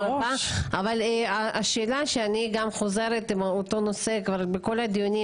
השאלה שאני חוזרת עליה בכל הדיונים,